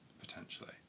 potentially